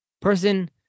person